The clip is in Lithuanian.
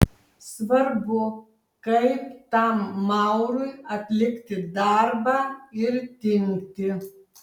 svarbu kaip tam maurui atlikti darbą ir dingti